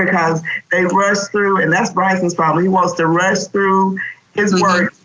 because they rush through. and that's bryson's problem, he wants to rush through his work,